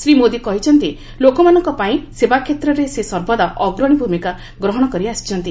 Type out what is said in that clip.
ଶ୍ରୀ ମୋଦି କହିଛନ୍ତି ଲୋକମାନଙ୍କ ପାଇଁ ସେବା କ୍ଷେତ୍ରରେ ସେ ସର୍ବଦା ଅଗ୍ରଣୀ ଭୂମିକା ଗ୍ରହଣକରି ଆସିଛନ୍ତି